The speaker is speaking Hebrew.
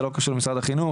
זה לא קשור למשרד החינוך,